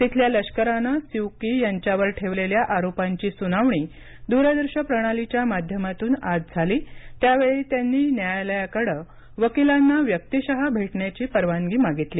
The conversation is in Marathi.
तिथल्या लष्करानं स्यू की यांच्यावर ठेवलेल्या आरोपांची सुनावणी द्रदृश्य प्रणालीच्या माध्यमातून आज झाली त्यावेळी त्यांनी न्यायालयाकडे वकीलांना व्यक्तीशः भेटण्याची परवानगी मागितली